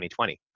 2020